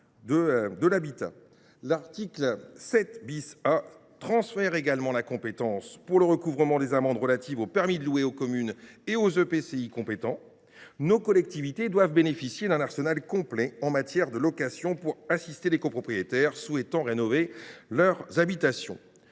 L’article 7 A transfère également la compétence pour le recouvrement des amendes relatives au permis de louer aux communes et aux EPCI compétents. Nos collectivités doivent bénéficier d’un arsenal complet en matière de location pour assister les copropriétaires souhaitant rénover leur habitation.